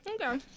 Okay